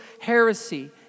heresy